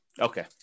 Okay